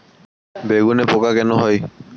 বেগুনে পোকা কেন হয়?